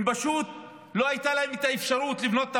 פשוט לא הייתה להם האפשרות לבנות את